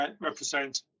represent